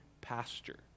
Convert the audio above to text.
pasture